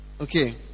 Okay